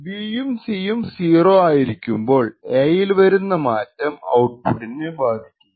B യും C യും 0 ആയിരിക്കുമ്പോൾ എ യിൽ വരുന്ന മാറ്റം ഔട്പുട്ടിനെ ബാധിക്കുന്നു